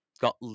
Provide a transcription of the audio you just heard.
got